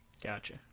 gotcha